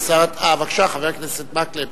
חבר הכנסת מקלב,